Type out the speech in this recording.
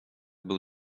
był